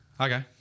Okay